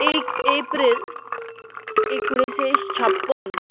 एक एप्रील एकूण्णीशें छाप्पन